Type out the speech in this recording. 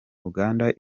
uganda